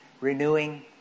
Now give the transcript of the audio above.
renewing